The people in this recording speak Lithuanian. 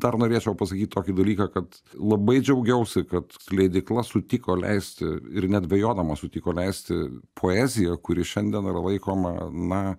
dar norėčiau pasakyt tokį dalyką kad labai džiaugiausi kad c leidykla sutiko leisti ir nedvejodama sutiko leisti poeziją kuri šiandien yra laikoma na